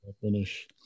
finish